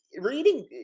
reading